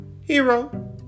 Hero